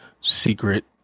secret